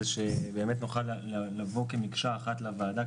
זה שבאמת נוכל לבוא כמקשה אחת לוועדה,